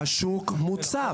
השוק מוצף.